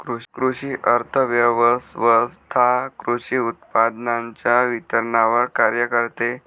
कृषी अर्थव्यवस्वथा कृषी उत्पादनांच्या वितरणावर कार्य करते